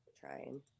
Trying